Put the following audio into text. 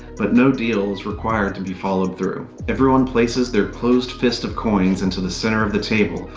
but no deal is required to be followed through. everyone places their closed fist of coins into the center of the table,